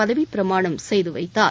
பதவிப்பிரமாணம் செய்து வைத்தார்